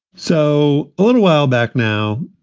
so a little while back now,